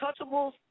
untouchables